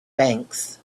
banks